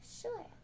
sure